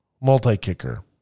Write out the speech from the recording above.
multi-kicker